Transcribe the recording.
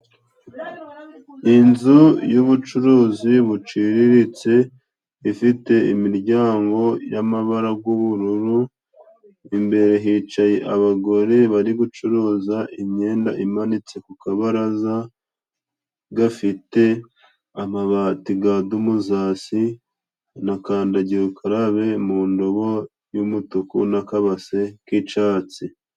Inzu y'ubucuruzi buciriritse, ifite imiryango y'amabara g'ubururu. Imbere hicaye abagore bari gucuruza imyenda imanitse ku kabaraza gafite amabati ga Dumuzasi, na kandagirukarabe mu ndobo y'umutuku na kabase k'icatsi.